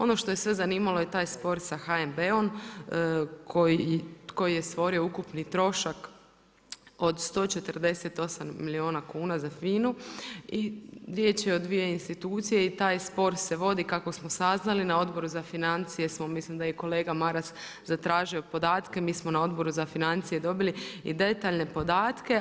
Ono što je sve zanimalo je taj spor sa HNB-om koji je stvorio ukupni trošak od 148 milijuna kuna za FINA-u i riječ je o 2 institucije i taj spor se vodi kako smo saznali na Odboru za financije, mislim da je i kolega Maras, zatražio podatke, mi smo na Odboru za financije dobili i detaljne podatke.